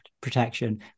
protection